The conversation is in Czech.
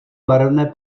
barevné